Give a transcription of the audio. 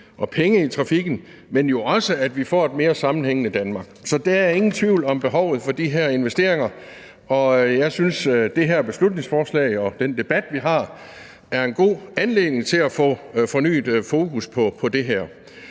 og penge i trafikken, men jo også, at vi får et mere sammenhængende Danmark. Så der er ingen tvivl om behovet for de her investeringer, og jeg synes, det her beslutningsforslag og den debat, vi har, er en god anledning til at få fornyet fokus på det her.